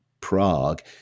prague